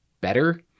better